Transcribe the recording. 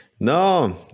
No